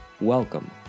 Welcome